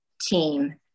team